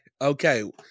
okay